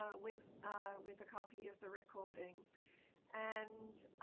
ah with with a copy of the recording and